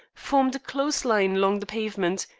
formed a close line along the pavement,